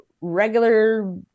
regular